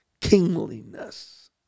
kingliness